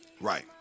right